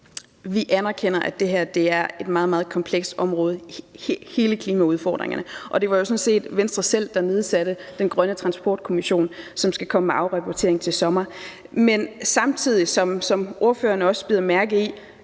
Vi anerkender, at det her er et meget, meget komplekst område, altså alle klimaudfordringerne. Det var sådan set Venstre selv, der nedsatte den grønne transportkommission, som skal komme med en afrapportering til sommer. Men samtidig, som ordføreren også bider mærke i,